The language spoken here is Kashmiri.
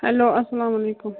ہیلو اسلامُ علیکُم